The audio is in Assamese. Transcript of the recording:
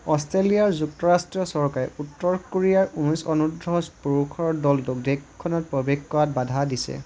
অষ্ট্ৰেলিয়াৰ যুক্তৰাষ্ট্ৰীয় চৰকাৰে উত্তৰ কোৰিয়াৰ ঊনৈছ অনুৰ্দ্ধ পুৰুষৰ দলটোক দেশখনত প্ৰৱেশ কৰাত বাধা দিছে